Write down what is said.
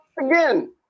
again